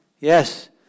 Yes